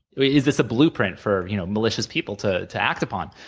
is this a blueprint for you know malicious people to to act upon,